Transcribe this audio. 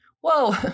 whoa